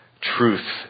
truth